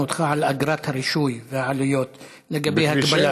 איתך על אגרת הרישוי והעלויות לגבי הגבלה.